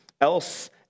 else